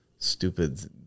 Stupid